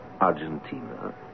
Argentina